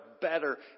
better